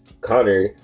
connor